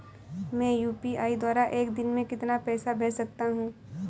मैं यू.पी.आई द्वारा एक दिन में कितना पैसा भेज सकता हूँ?